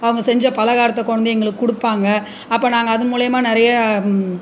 அவங்க செஞ்ச பலகாரத்தை கொண்டுவந்து எங்களுக்கு கொடுப்பாங்க அப்போ நாங்கள் அதன் மூலிமா நிறைய